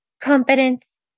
confidence